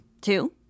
Two